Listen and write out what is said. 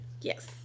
Yes